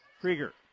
Krieger